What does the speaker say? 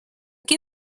que